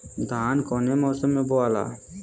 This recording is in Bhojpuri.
धान कौने मौसम मे बोआला?